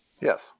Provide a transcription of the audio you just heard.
Yes